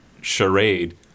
charade